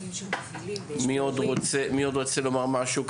מי עוד רוצה לומר משהו?